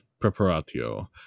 Preparatio